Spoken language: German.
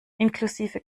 inklusive